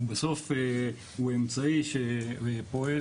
בסוף הוא אמצעי שפועל,